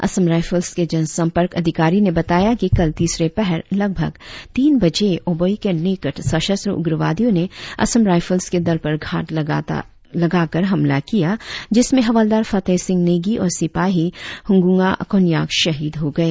Assam rifles के जनसंपर्क अधिकारी ने बताया कि कल तीसरे पहर लगभग तीन बजे अबोई के निकट सशस्त्र उग्रवादियों ने असम राइफल्स के दल पर घात लगातार हमला किया जिसमें हवलदार फतेह सिंह नेगी और सिपाही हुंगंगा कोन्याक शहीद हो गए